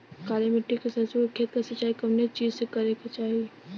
काली मिट्टी के सरसों के खेत क सिंचाई कवने चीज़से करेके चाही?